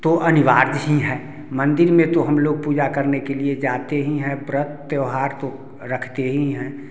तो अनिवार्य ही है मंदिर में तो हम लोग पूजा करने के लिए जाते ही हैं व्रत त्यौहार तो रखते ही हैं